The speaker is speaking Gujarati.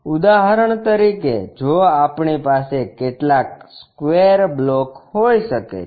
ઉદાહરણ તરીકે જો આપણી પાસે કેટલાક સ્ક્વેર બ્લોક હોઈ શકે છે